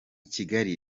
kigali